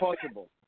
possible